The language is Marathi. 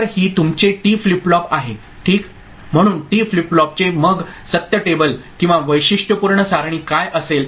तर ही तुमचे टी फ्लिप फ्लॉप आहे ठीक म्हणून टी फ्लिप फ्लॉप चे मग सत्य टेबल किंवा वैशिष्ट्यपूर्ण सारणी काय असेल